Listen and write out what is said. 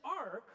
ark